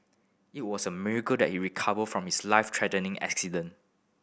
it was a miracle that he recovered from his life threatening accident